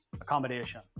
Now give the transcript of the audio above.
accommodation